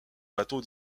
bateau